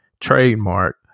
trademark